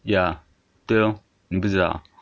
ya 对咯你不知道啊